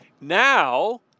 now